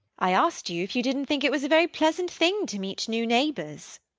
i asked you if you didn't think it was a very pleasant thing to meet new neighbours.